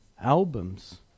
albums